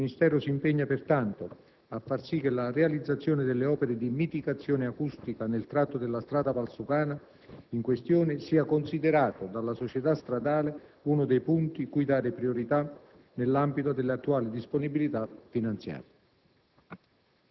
Il Ministero si impegna pertanto a far sì che la realizzazione delle opere di mitigazione acustica nel tratto della strada Valsugana in questione sia considerato dalla società stradale uno dei punti cui dare priorità nell'ambito delle attuali disponibilità finanziarie.